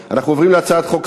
נאזם אומר לי שהתקנון קובע